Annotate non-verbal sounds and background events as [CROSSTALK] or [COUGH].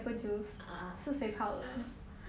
ah ah [LAUGHS]